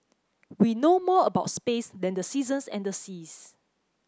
we know more about space than the seasons and the seas